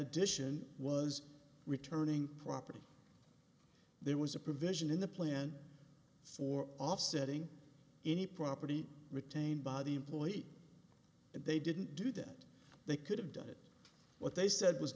addition was returning property there was a provision in the plan for offsetting any property retained by the employee and they didn't do that they could have done it what they said was